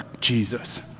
Jesus